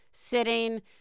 sitting